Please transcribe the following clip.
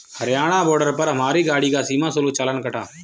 Haryana border पर हमारी गाड़ी का सीमा शुल्क चालान कटा